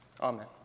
Amen